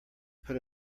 put